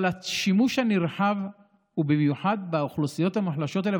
אבל השימוש בתחבורה הציבורית הוא נרחב במיוחד באוכלוסיות המוחלשות האלה,